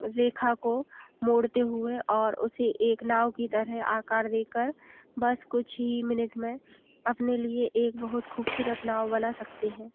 रेखा को मोड़ते हुए और उसे एक नाव की तरह आकार देकर बस कुछ ही मिनट में अपने लिए एक बहुत खूबसूरत नाव बना सकते हैं